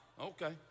okay